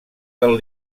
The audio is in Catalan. del